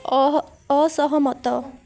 ଅହ ଅସହମତ